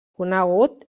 conegut